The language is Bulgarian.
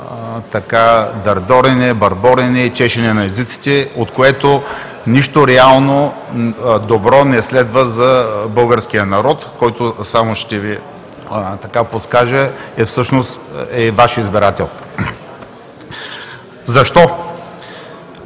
дърдорене, бърборене и чешене на езиците“, от което нищо реално и добро не следва за българския народ, който – само ще Ви подскажа, е Ваш избирател. Защо?